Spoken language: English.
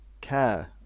care